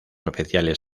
oficiales